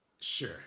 Sure